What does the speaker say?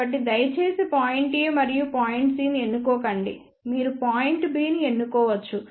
కాబట్టి దయచేసి point A మరియు C ను ఎన్నుకోకండి మీరు పాయింట్ B ని ఎన్నుకోవచ్చు